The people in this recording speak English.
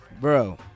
Bro